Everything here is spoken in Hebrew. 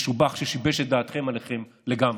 ששיבש את דעתכם עליכם לגמרי.